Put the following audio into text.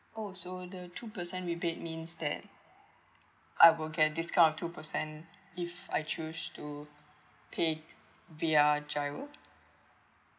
oh so the two percent rebate means that I will get discount of two percent if I choose to pay via GIRO